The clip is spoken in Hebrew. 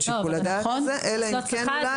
שיקול הדעת הזה אלא אם כן --- נכון,